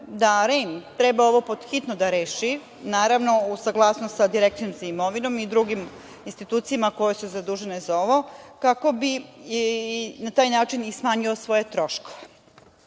da REM treba ovo pod hitno da reši, naravno, uz saglasnost sa Direkcijom za imovinu i drugim institucijama koje su zadužene za ovo kako bi na taj način smanjilo i troškove.